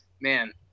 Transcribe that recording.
man